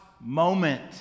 moment